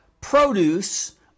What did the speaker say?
produce